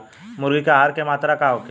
मुर्गी के आहार के मात्रा का होखे?